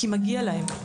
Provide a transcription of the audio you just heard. כי מגיע להם.